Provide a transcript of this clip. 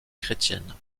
chrétienne